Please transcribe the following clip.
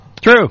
True